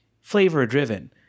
flavor-driven